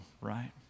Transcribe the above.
right